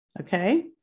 Okay